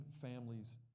families